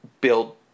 build